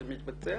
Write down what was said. זה מתבצע?